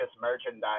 merchandise